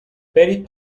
برید